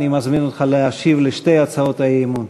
אני מזמין אותך להשיב על שתי הצעות האי-אמון.